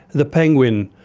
the penguin,